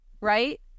right